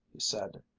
he said,